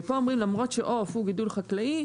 ופה אומרים שלמרות שעוף הוא גידול חקלאי,